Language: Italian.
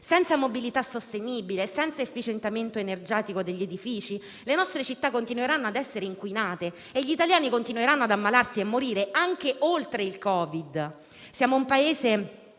Senza mobilità sostenibile e senza efficientamento energetico degli edifici le nostre città continueranno a essere inquinate e gli italiani continueranno ad ammalarsi e a morire, anche oltre il Covid. Siamo un Paese